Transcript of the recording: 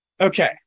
Okay